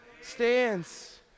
stands